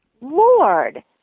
Lord